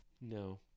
No